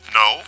no